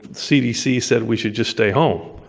cdc said we should just stay home,